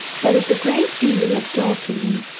there is a great deal of jolting,